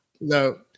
No